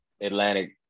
Atlantic